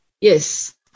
yes